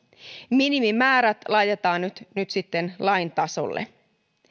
minimimäärät laitetaan nyt nyt sitten lain tasolle